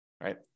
right